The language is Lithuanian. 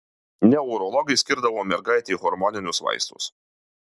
neurologai skirdavo mergaitei hormoninius vaistus